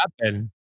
happen